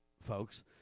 folks